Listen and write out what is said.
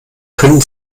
können